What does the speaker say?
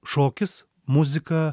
šokis muzika